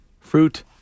fruit